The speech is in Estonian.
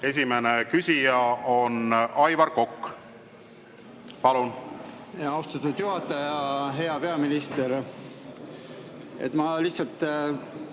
Esimene küsija on Aivar Kokk. Palun! Austatud juhataja! Hea peaminister! Ma lihtsalt